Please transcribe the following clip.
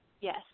Yes